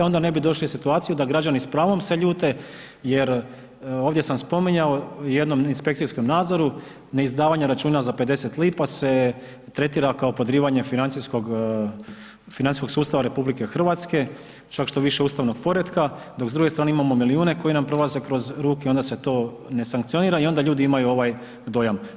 Onda ne bi došli u situaciju da građani s pravom se ljute jer, ovdje sam spominjao, jednom inspekcijom nadzoru neizdavanje računa za pedeset lipa se tretira kao podrivanje financijskog, financijskog sustava Republike Hrvatske, čak što više ustavnog poretka, dok s druge strane imamo milijune koji nam prolaze kroz ruke, onda se to ne sankcionira, i onda ljudi imaju ovaj dojam.